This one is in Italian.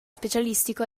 specialistico